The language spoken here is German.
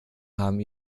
haben